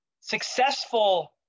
successful